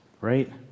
Right